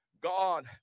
God